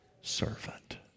servant